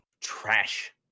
Trash